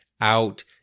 out